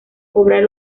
cobrar